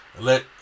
Let